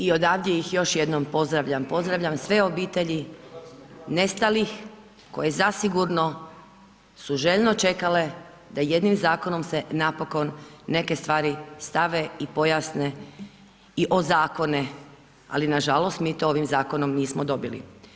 I odavde ih još jednom pozdravljam, pozdravljam sve obitelji nestalih koje zasigurno su željno čekale da jednim zakonom se napokon neke stvari stave i pojasne i ozakone, ali nažalost mi to ovim zakonom nismo dobili.